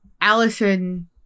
Allison